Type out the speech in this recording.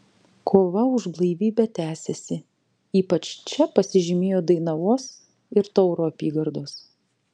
kova už blaivybę tęsėsi ypač čia pasižymėjo dainavos ir tauro apygardos